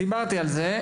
בוודאי, דיברתי על זה.